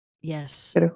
Yes